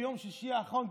ביום שישי האחרון,